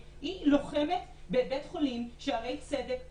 היא לוחמת בבית חולים שערי צדק בשוחות.